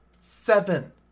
Seven